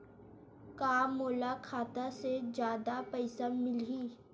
का मोला खाता से जादा पईसा मिलही?